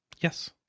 Yes